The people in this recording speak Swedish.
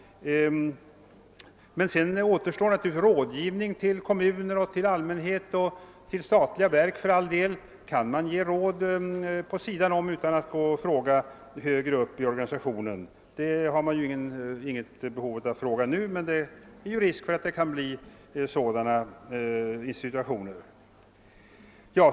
Sedan återstår naturligtvis rådgivning till kommuner och allmänhet, för all del även till statliga verk. Kan man ge råd på sidan om utan att gå och fråga högre upp i organisationen är det bra. Just nu har man icke något behov av att fråga, men det finns risk för att det uppstår sådana situationer.